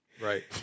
Right